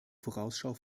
vorausschau